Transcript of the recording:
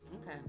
Okay